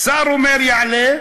שר אומר שיעלה,